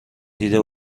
دیده